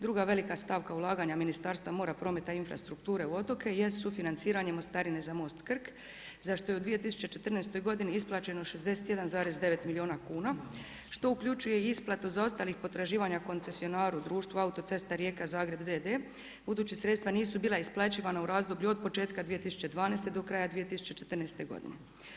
Druga velika stavka ulaganja Ministarstva mora, prometa i infrastrukture u otoke jest sufinanciranje mostarine za most Krk za što je u 2014. godini isplaćeno 61,9 milijuna kuna što uključuje i isplatu zaostalih potraživanja koncesionaru društva Autocesta Rijeka – Zagreb d.d. budući sredstva nisu bila isplaćivana u razdoblju od početka 2012. do kraja 2014. godine.